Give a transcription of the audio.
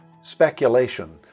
Speculation —